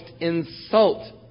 insult